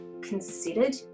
considered